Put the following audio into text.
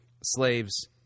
slaves